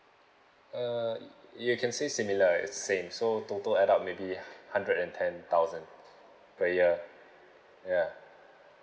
uh you can say similar it same so total add up maybe hundred and ten thousand per year ya